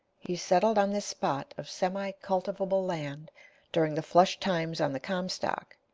he settled on this spot of semi-cultivable land during the flush times on the comstock,